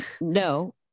No